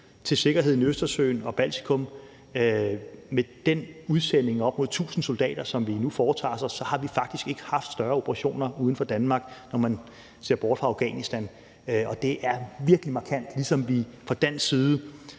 til sikkerheden i Østersøen og Baltikum. Med den udsending på op mod tusind soldater, som vi nu foretager, har vi faktisk ikke haft større operationer uden for Danmark, når man ser bort fra Afghanistan, og det er virkelig markant. Ligesom vi fra dansk side